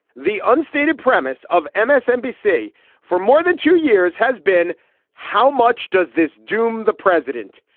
the unstated premise of ah msnbc for more than two years has been how much does this doom the president.